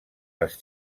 les